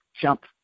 jump